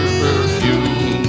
perfume